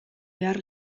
behar